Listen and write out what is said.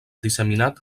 disseminat